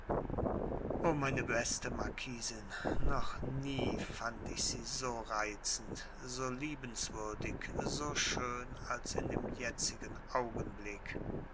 o meine beste marquisin noch nie fand ich sie so reizend so liebenswürdig so schön als in dem jetzigen augenblick